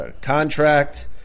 contract